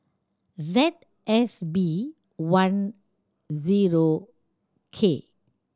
Z S B one zero K